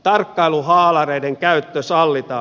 tarkkailuhaalareiden käyttö sallitaan